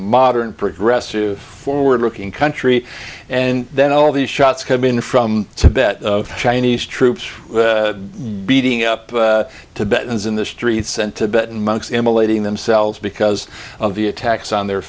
modern progressive forward looking country and then all these shots came in from tibet chinese troops beating up to ben's in the streets and tibetan monks immolating said them because of the attacks on their